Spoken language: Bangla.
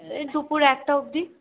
দুপুর একটা অবধি